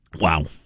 Wow